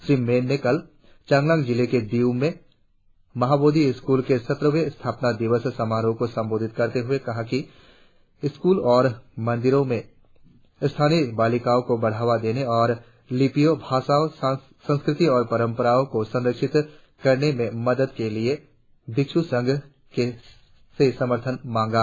श्री मैन ने कल चांगलांग जिले के दियूम में महाबोधि स्कूल के सत्रवें स्थापना दिवस समारोह को संबोधित करते हुए स्क्रलों और मंदिरों में स्थानीय बालिकाओं को बढ़ावा देने और लिपियों भाषाओं संस्कृति और पंरपराओं को संरक्षित करने में मदद के लिए भिक्षु संघ से समर्थन मांगा